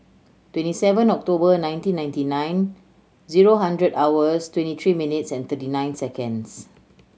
twenty seven October nineteen ninety nine zero hundred hours twenty three minutes and thirty nine seconds